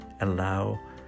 allow